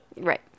Right